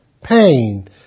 pain